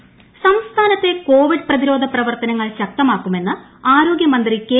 Shailaja intro സംസ്ഥാനത്തെ Covid പ്രതിരോധ പ്രവർത്തനങ്ങൾ ശക്തമാക്കുമെന്ന് ആരോഗൃ മന്ത്രി കെ